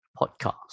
podcast